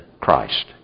Christ